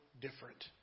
different